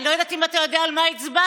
אני לא יודעת אם אתה יודע על מה הצבעת,